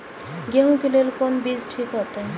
गेहूं के लेल कोन बीज ठीक होते?